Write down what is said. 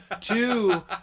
two